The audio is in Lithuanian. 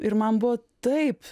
ir man buvo taip